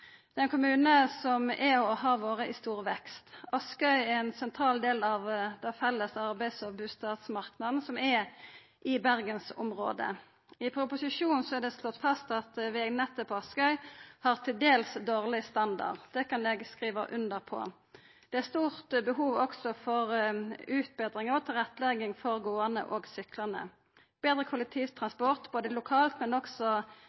Det er ein kommune som er og har vore i stor vekst. Askøy er ein sentral del av den felles arbeids- og bustadmarknaden som er i bergensområdet. I proposisjonen er det slått fast at vegnettet på Askøy har til dels dårleg standard. Det kan eg skriva under på. Det er også stort behov for utbetring og tilrettelegging for gåande og syklande. Betre